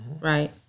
right